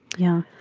yeah.